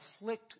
afflict